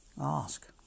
ask